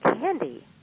Candy